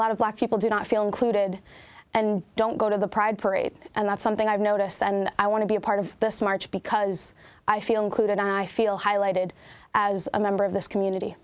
black people do not feel included and don't go to the pride parade and that's something i've noticed and i want to be a part of this march because i feel included i feel highlighted as a member of this community